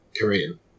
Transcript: Korean